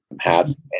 hats